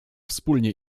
wspólnie